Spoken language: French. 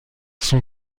son